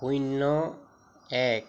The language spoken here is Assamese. শূন্য এক